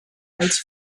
als